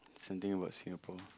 something about Singapore